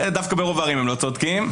דווקא ברוב הערים הם לא צודקים,